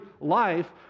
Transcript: life